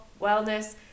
wellness